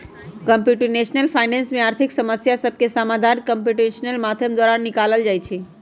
computational finance में आर्थिक समस्या सभके समाधान कंप्यूटेशनल माध्यम द्वारा निकालल जाइ छइ